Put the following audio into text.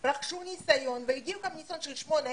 רכשו ניסיון והגיעו לכאן עם ניסיון של שמונה,